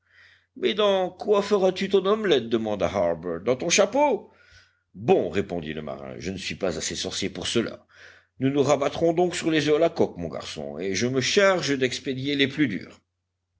mais dans quoi feras-tu ton omelette demanda harbert dans ton chapeau bon répondit le marin je ne suis pas assez sorcier pour cela nous nous rabattrons donc sur les oeufs à la coque mon garçon et je me charge d'expédier les plus durs